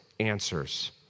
answers